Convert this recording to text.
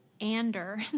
Ander